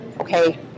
okay